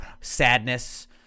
sadness